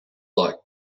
like